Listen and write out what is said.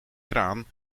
kraan